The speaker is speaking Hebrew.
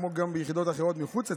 כמו גם ביחידות אחרות מחוץ לצה"ל,